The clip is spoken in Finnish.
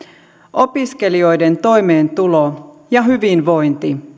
opiskelijoiden toimeentulo ja hyvinvointi